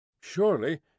surely